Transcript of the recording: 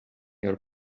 your